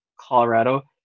Colorado